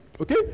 Okay